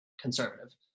conservative